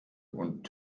und